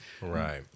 Right